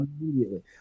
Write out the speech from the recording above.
immediately